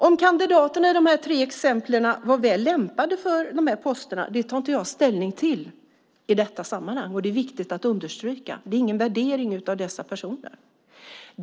Om kandidaterna i de här tre exemplen var väl lämpade för posterna tar jag inte ställning till i detta sammanhang. Det är det viktigt att understryka; det är ingen värdering av dessa personer.